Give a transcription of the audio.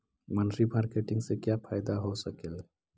मनरी मारकेटिग से क्या फायदा हो सकेली?